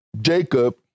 Jacob